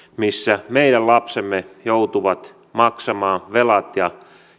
missä meidän lapsemme joutuvat maksamaan velat ja